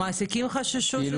המעסיקים חששו?